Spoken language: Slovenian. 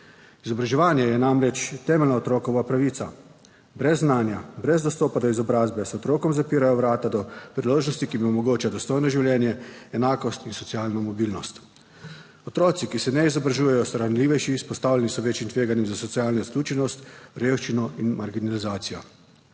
Izobraževanje je namreč temeljna otrokova pravica. Brez znanja, brez dostopa do izobrazbe se otrokom zapirajo vrata do priložnosti, ki jim omogoča dostojno življenje, enakost in socialno mobilnost. Otroci, ki se ne izobražujejo, so ranljivejši, izpostavljeni so večjim tveganjem za socialno izključenost, revščino in marginalizacijo.